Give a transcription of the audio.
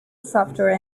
software